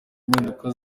impinduka